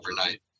overnight